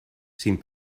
sin